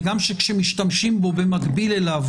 וגם כאשר משתמשים בו במקביל אליו